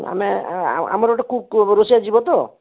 ଆମେ ଆମର ଗୋଟେ କୁକ୍ ରୋଷେୟା ଯିବ ତ